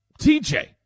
TJ